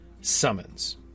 summons